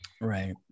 Right